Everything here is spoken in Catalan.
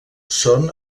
són